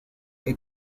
que